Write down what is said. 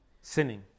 sinning